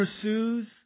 pursues